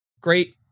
great